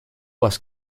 west